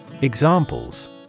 Examples